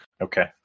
Okay